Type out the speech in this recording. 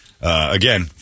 again